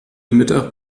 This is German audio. mittag